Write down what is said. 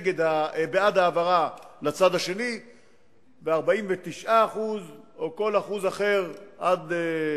בעד העברה לצד השני ו-49% או כל אחוז אחר עד